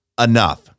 enough